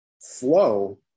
flow